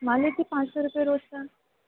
मान लीजिए पाँच सौ रुपये रोज़ का